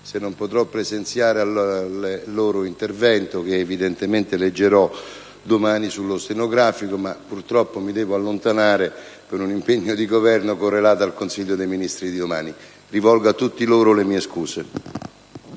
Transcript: per non poter presenziare ai loro interventi, che evidentemente leggerò domani sul Resoconto stenografico, ma purtroppo mi devo allontanare per un impegno di Governo correlato al Consiglio dei ministri di domani. Rivolgo a tutti loro le mie scuse.